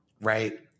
right